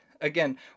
again